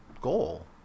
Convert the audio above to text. goal